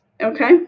okay